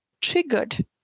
triggered